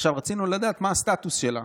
עכשיו, רצינו לדעת מה הסטטוס שלה.